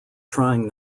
trying